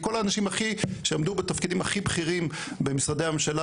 כל האנשים הכי שעמדו בתפקידים הכי בכירים במשרדי הממשלה,